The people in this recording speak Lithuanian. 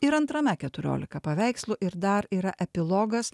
ir antrame keturiolika paveikslų ir dar yra epilogas